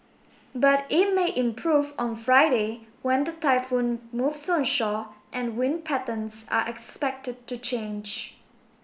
but it may improve on Friday when the typhoon moves onshore and wind patterns are expected to change